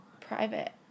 Private